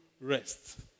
rest